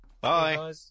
Bye